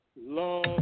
love